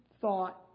thought